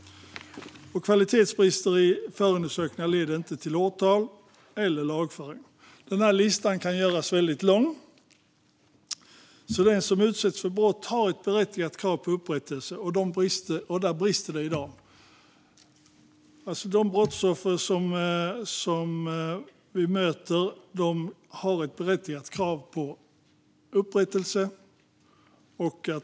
Kvalitetsbrister i förundersökningar gör att dessa inte leder till åtal eller lagföring. Listan kan göras väldigt lång. Den som utsätts för brott har ett berättigat krav på upprättelse och att någon form av rättvisa skipas, och där brister det i dag.